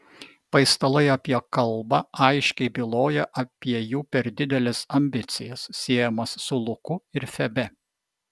paistalai apie kalbą aiškiai byloja apie jų per dideles ambicijas siejamas su luku ir febe